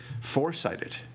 foresighted